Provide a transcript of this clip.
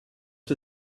the